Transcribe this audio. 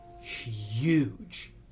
huge